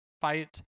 fight